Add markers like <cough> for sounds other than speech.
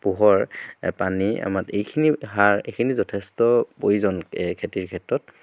পোহৰ পানী <unintelligible> এইখিনি সাৰ এইখিনি যথেষ্ট প্ৰয়োজন খেতিৰ ক্ষেত্ৰত